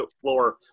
floor